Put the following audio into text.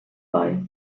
bei